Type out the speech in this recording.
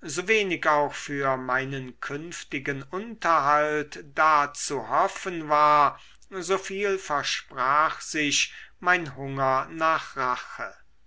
so wenig auch für meinen künftigen unterhalt da zu hoffen war so viel versprach sich mein hunger nach rache